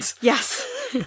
Yes